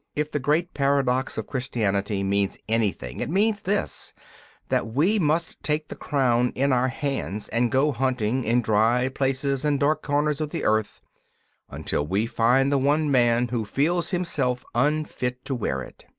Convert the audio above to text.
if the great paradox of christianity means anything, it means this that we must take the crown in our hands, and go hunting in dry places and dark corners of the earth until we find the one man who feels himself unfit to wear it.